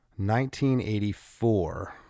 1984